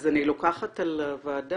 אז אני לוקחת על הוועדה